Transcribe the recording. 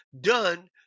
done